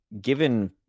given